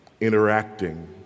interacting